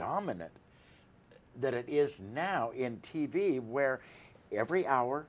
dominant that it is now in t v where every hour